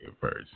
first